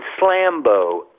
Slambo